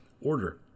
order